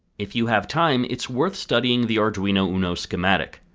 if you have time, it's worth studying the arduino uno schematic.